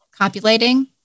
copulating